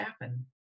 happen